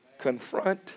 Confront